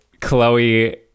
chloe